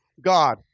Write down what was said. God